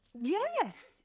Yes